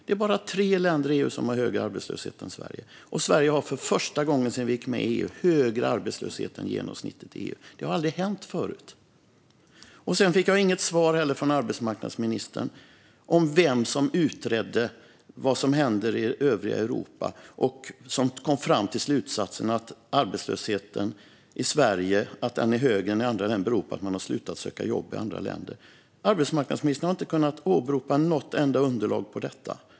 Det är bara tre länder i EU som har högre arbetslöshet än Sverige. Sverige har för första gången sedan vi gick med i EU högre arbetslöshet än genomsnittet i EU. Det har aldrig hänt förut. Sedan fick jag heller inget svar från arbetsmarknadsministern på vem som utredde vad som hänt i övriga Europa och som kom fram till slutsatsen att anledningen till att arbetslösheten i Sverige är högre än i andra länder är att man har slutat söka jobb i andra länder. Arbetsmarknadsministern har inte kunnat åberopa något enda underlag på detta.